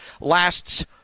lasts